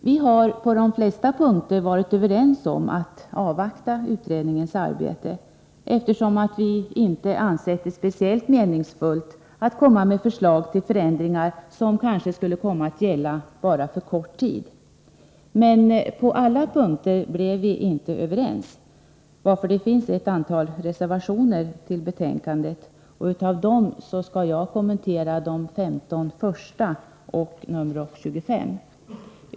Vi har på de flesta punkter varit överens om att avvakta utredningens arbete, eftersom vi inte ansett det vara speciellt meningsfullt att komma med förslag till förändringar som kanske skulle komma att gälla bara för kort tid. Men på alla punkter blev vi inte överens, varför det finns ett antal reservationer till betänkandet, av vilka jag skall kommentera de 15 första samt nr 25.